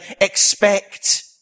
expect